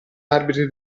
arbitri